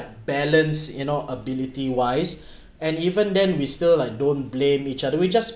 balance you know ability wise and even then we still like don't blame each other we just